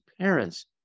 parents